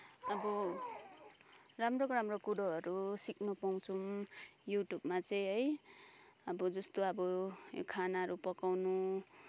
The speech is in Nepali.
अब राम्रो राम्रो कुरोहरू सिक्न पाउँछौँ युट्युबमा चाहिँ है अब जस्तो अब खानाहरू पकाउनु